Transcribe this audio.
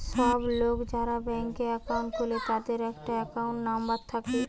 সব লোক যারা ব্যাংকে একাউন্ট খুলে তাদের একটা একাউন্ট নাম্বার থাকে